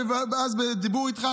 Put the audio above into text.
אז בדיבור איתך,